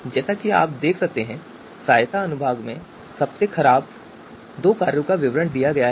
जैसा की आप देख सकते है की सहायता अनुभाग में इसने सबसे ख़राब दो कार्यों का विवरण दिया है